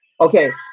Okay